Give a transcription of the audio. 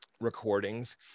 recordings